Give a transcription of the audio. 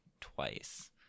twice